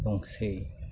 दंसै